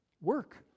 work